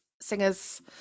singers